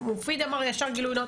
מופיד גם אמר ישר כגילוי נאות,